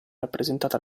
rappresentata